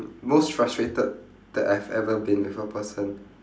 most frustrated that I've ever been with a person